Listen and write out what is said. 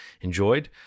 enjoyed